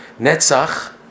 Netzach